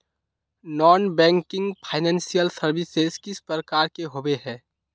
Non banking financial services किस प्रकार के होबे है?